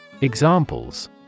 Examples